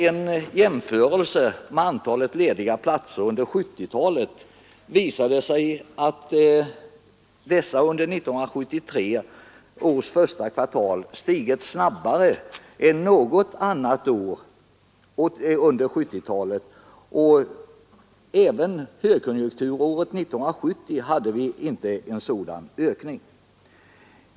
En jämförelse mellan antalet lediga platser under 1970-talet visar att antalet under första kvartalet 1974 stigit snabbare än något annat år under 1970-talet. Inte ens under högkonjunkturåret 1970 hade vi en sådan ökning.